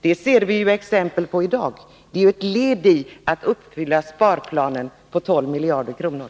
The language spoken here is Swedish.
Detta ser vi exempel på i dag, och dessa exempel är ett led i att uppfylla sparplanen på 12 miljarder kronor.